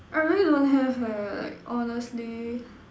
I really don't have eh like honestly